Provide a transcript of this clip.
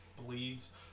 bleeds